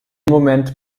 moment